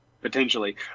Potentially